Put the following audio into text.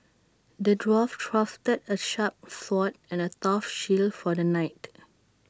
the dwarf crafted A sharp sword and A tough shield for the knight